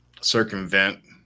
circumvent